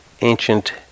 ancient